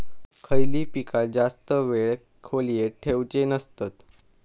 खयली पीका जास्त वेळ खोल्येत ठेवूचे नसतत?